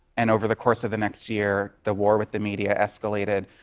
and over the course of the next year, the war with the media escalated.